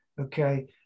okay